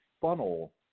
funnel